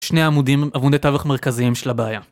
שני עמודים עבוני תווך מרכזיים של הבעיה.